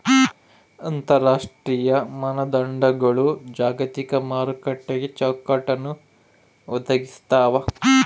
ಅಂತರರಾಷ್ಟ್ರೀಯ ಮಾನದಂಡಗಳು ಜಾಗತಿಕ ಮಾರುಕಟ್ಟೆಗೆ ಚೌಕಟ್ಟನ್ನ ಒದಗಿಸ್ತಾವ